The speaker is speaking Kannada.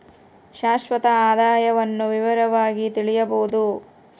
ಶಾಶ್ವತ ಆದಾಯವನ್ನು ವಿವರವಾಗಿ ತಿಳಿಯಬೊದು